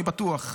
אני בטוח,